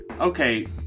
okay